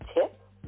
tip